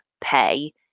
pay